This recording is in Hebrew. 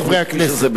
מכפי שזה בדרך כלל,